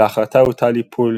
על ההחלטה הוטל איפול